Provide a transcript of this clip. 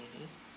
mmhmm